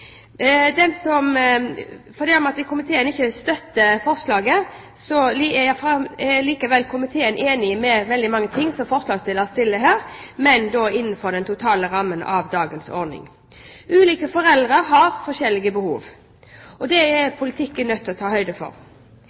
komiteen ikke støtter forslaget, er komiteen enig i veldig mye av det forslagsstillerne sier her, men da innenfor den totale rammen for dagens ordning. Ulike foreldre har forskjellige behov, og det er politikken nødt til å ta høyde for.